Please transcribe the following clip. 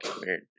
weird